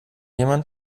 jemand